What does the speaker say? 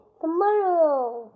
Tomorrow